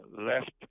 left